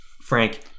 frank